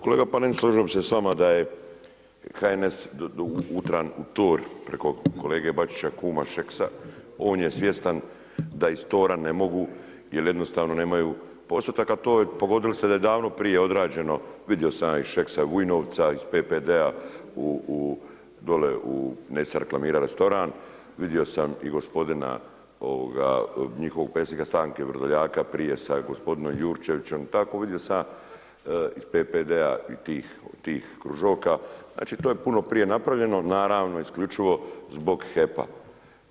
Kolega Panenić, složio bi se s vama da je HNS utran u tor preko kolege Bačića, kuma Šeksa, on je svjestan da iz tora ne mogu, jer jednostavno nemaju postotak, a to je, pogodili ste da je davno prije odrađeno, vidio sam ja i Šeksa Vujnovca, iz PPD-a u dole u neću sad reklamirati restoran, vidio sam i gospodina njihovog predsjednika stranke Vrdoljaka, prije sa gospodinom Jurčevićem, i tako, vidio sam ja iz PPD-a tih … znači to je puno prije napravljeno, naravno, isključivo zbog HEP-a.